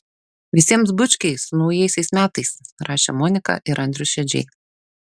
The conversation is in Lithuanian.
visiems bučkiai su naujaisiais metais rašė monika ir andrius šedžiai